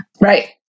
Right